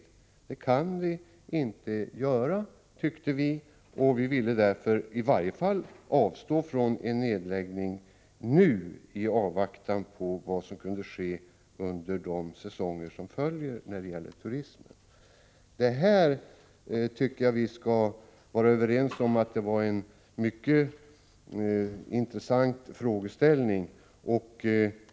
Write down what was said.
Det kan vi inte göra, menade vi, och vi ville därför i varje fall avstå från en nedläggning nu i avvaktan på vad som kunde ske när det gäller turismen under de säsonger som följer. Jag tycker att vi skall vara överens om att det här var en mycket intressant frågeställning.